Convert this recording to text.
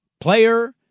player